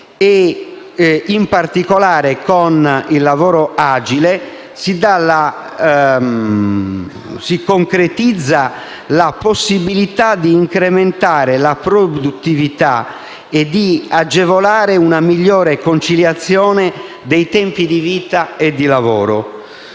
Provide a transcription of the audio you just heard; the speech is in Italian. In particolare, con il lavoro agile si concretizza la possibilità di incrementare la produttività e di agevolare una migliore conciliazione dei tempi di vita e di lavoro.